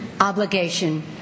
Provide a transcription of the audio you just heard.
obligation